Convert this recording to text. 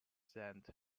sent